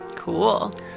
Cool